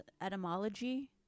etymology